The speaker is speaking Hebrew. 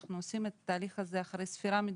אנחנו עושים את התהליך הזה אחרי ספירה מדוקדקת,